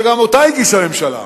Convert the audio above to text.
שגם אותה הגישה הממשלה,